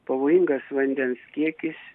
pavojingas vandens kiekis